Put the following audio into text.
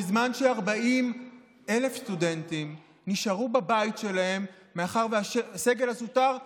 בזמן ש-40,000 סטודנטים נשארו בבית שלהם מאחר שהסגל הזוטר שובת.